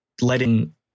letting